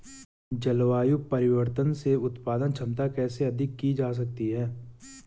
जलवायु परिवर्तन से उत्पादन क्षमता कैसे अधिक की जा सकती है?